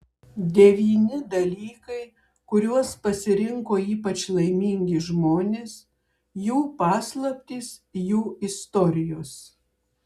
devyni dalykai kuriuos pasirinko ypač laimingi žmonės jų paslaptys jų istorijos